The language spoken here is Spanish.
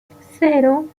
cero